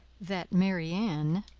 that marianne,